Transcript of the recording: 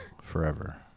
forever